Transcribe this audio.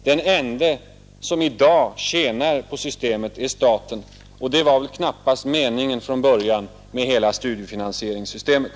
Den enda som i dag tjänar på systemet är staten, och det var väl knappast meningen från början med hela studiefinansieringssystemet.